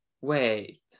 wait